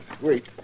wait